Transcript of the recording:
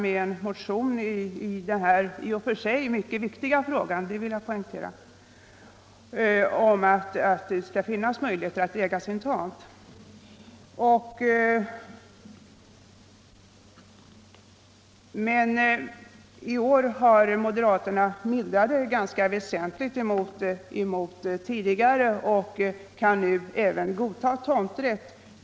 Nu har moderaterna i den här — det vill jag poängtera — viktiga frågan återkommit med en motion om att det skall finnas möjligheter för människor att äga sin tomt. Men i år har moderaterna mildrat sin ståndpunkt ganska väsentligt gentemot tidigare och kan nu även godta tomträtt.